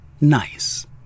nice